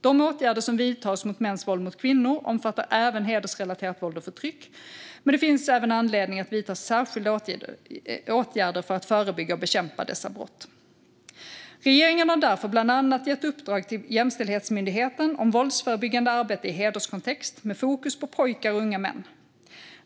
De åtgärder som vidtas mot mäns våld mot kvinnor omfattar även hedersrelaterat våld och förtryck, men det finns anledning att vidta särskilda åtgärder för att förebygga och bekämpa dessa brott. Regeringen har därför bland annat gett uppdrag till Jämställdhetsmyndigheten om våldsförebyggande arbete i hederskontext, med fokus på pojkar och unga män.